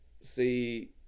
See